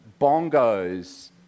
bongos